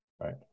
Right